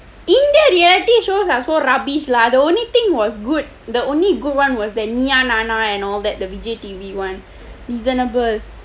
india reality shows are so rubbish lah the only thing was good the only good [one] was that Neeya Naana naanaa and all that the vijay T_V [one] reasonable